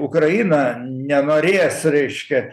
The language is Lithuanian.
ukraina nenorės reiškia